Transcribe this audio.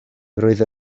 roedd